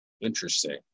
Interesting